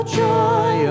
joy